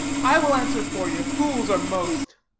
i will answer for you. fools are most.